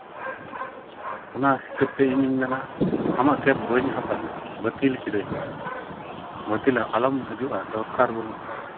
ᱚᱱᱟ ᱦᱤᱥᱟᱹᱵᱽ ᱛᱮ ᱤᱧᱤᱧ ᱢᱮᱱᱟ ᱟᱢᱟᱜ ᱠᱮᱵᱽ ᱵᱟᱹᱧ ᱦᱟᱛᱟᱣᱟ ᱵᱟᱹᱛᱤᱞ ᱠᱤᱫᱟᱹᱧ ᱵᱟᱹᱛᱤᱞ ᱟᱞᱚᱢ ᱦᱤᱡᱩᱜᱼᱟ ᱫᱚᱨᱠᱟᱨ ᱵᱟᱹᱱᱩᱜᱼᱟ